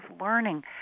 learning